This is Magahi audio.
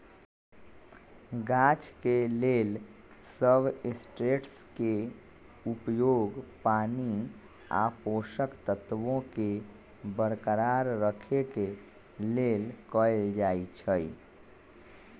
गाछ के लेल सबस्ट्रेट्सके उपयोग पानी आ पोषक तत्वोंके बरकरार रखेके लेल कएल जाइ छइ